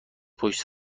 پشت